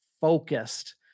focused